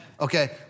Okay